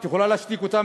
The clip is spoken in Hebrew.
את יכולה להשתיק אותם,